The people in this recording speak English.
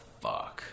fuck